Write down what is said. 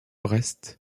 reste